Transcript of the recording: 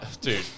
Dude